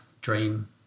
dream